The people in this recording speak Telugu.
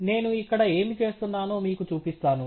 నేను ఇక్కడ ఏమి చేస్తున్నానో మీకు చూపిస్తాను